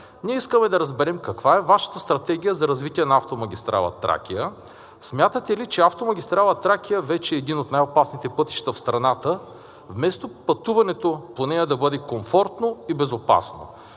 Ние искаме да разберем: каква е Вашата стратегия за развитие на автомагистрала „Тракия“? Смятате ли, че автомагистрала „Тракия“ вече е един от най-опасните пътища в страната, вместо пътуването по нея да бъде комфортно и безопасно?